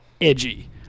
edgy